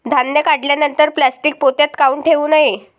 धान्य काढल्यानंतर प्लॅस्टीक पोत्यात काऊन ठेवू नये?